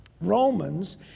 Romans